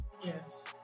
Yes